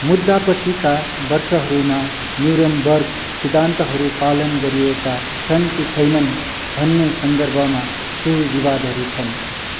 मुद्दापछिका वर्षहरूमा न्युरेमबर्ग सिद्धान्तहरू पालन गरिएका छन् कि छैनन् भन्ने सन्दर्भमा केही विवादहरू छन्